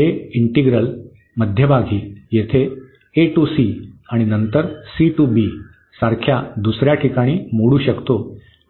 हे इंटिग्रल मध्यभागी येथे आणि नंतर सारख्या दुसऱ्या ठिकाणी मोडू शकतो